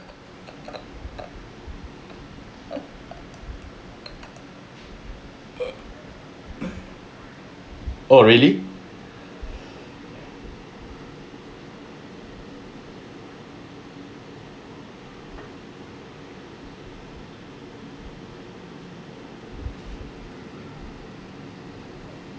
oh really